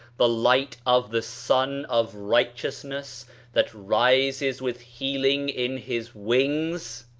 the light of the sun of righteousness that rises with healing in his wings?